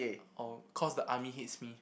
oh cause the army hates me